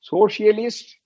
Socialist